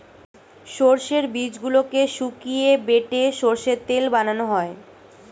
সর্ষের বীজগুলোকে শুকিয়ে বেটে সর্ষের তেল বানানো হয়